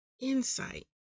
insight